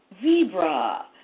Zebra